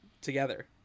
Together